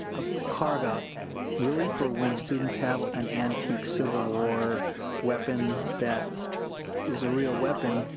a carveout really for when students have an antique civil war weapon that is a real weapon,